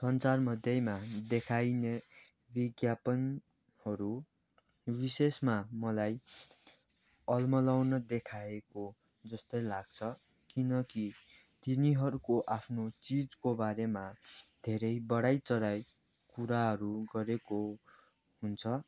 सञ्चारमध्येमा देखाइने विज्ञापनहरू विशेषमा मलाई अल्मल्याउन देखाएको जस्तै लाग्छ किनकि तिनीहरूको आफ्नो चिजको बारेमा धेरै बढाइचढाइ कुराहरू गरेको हुन्छ